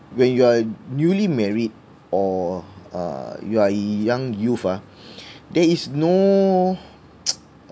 when you are newly married or uh you are a young youth ah there is no